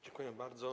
Dziękuję bardzo.